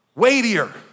weightier